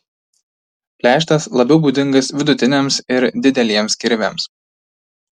pleištas labiau būdingas vidutiniams ir dideliems kirviams